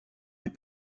est